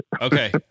Okay